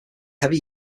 heavy